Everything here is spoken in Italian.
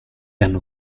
hanno